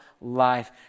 life